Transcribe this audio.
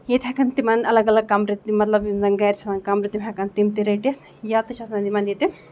ییٚتہِ ہیٚکَن تِمن الگ الگ کَمرٕ تہِ مطلب یِم زَن گرِ چھِ آسان کَمرٕ تِم ہیٚکن تِم تہِ رٔٹِتھ یا تہِ چھُ آسان یِمن ییٚتہِ